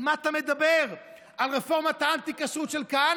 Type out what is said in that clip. על מה אתה מדבר, על רפורמת האנטי-כשרות של כהנא?